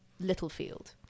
Littlefield